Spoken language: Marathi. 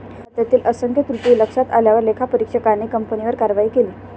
खात्यातील असंख्य त्रुटी लक्षात आल्यावर लेखापरीक्षकाने कंपनीवर कारवाई केली